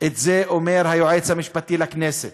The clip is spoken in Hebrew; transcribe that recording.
את זה אומר היועץ המשפטי לכנסת,